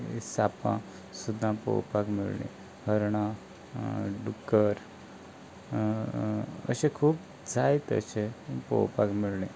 सापां सुद्दां पळोपाक मेळ्ळीं हरणां डुकर अशे खूब जाय तशे पळोपाक मेळ्ळी